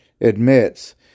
admits